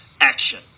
action